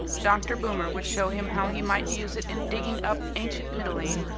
dr. boomer would show him how he might use it in digging up ancient mitylene,